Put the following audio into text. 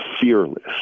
fearless